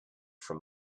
from